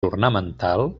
ornamental